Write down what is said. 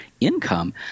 income